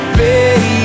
baby